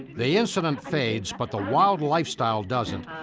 the incident fades but the wild lifestyle doesn't,